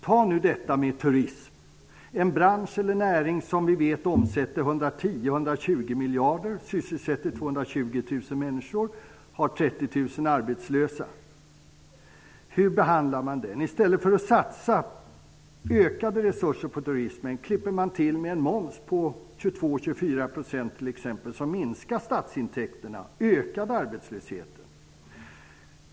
Ta detta med turism, en bransch eller näring som vi vet omsätter 110--120 miljarder, sysselsätter 220 000 människor och har 30 000 arbetslösa. Hur behandlar man den? I stället för att satsa ökade resurser på turismen klippte man till med en moms på 22-24 % som minskade statsintäkterna och ökade arbetslösheten.